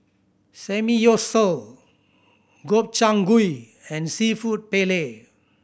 Samgyeopsal Gobchang Gui and Seafood Paella